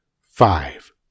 five